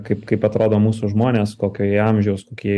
kaip kaip atrodo mūsų žmonės kokio jie amžiaus kokie